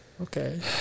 Okay